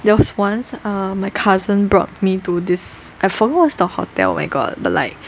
there was once um my cousin brought me to this I forgot what's the hotel oh my god but like